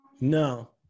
No